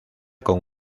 con